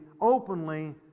openly